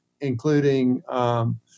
including